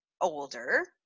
older